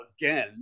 again